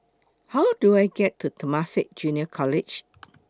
How Do I get to Temasek Junior College